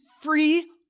free